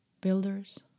Builders